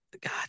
God